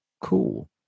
cool